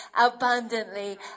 abundantly